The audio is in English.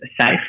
safe